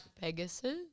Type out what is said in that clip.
Pegasus